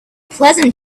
pleasant